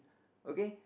okay